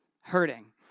hurting